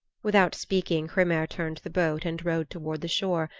without speaking hrymer turned the boat and rowed toward the shore,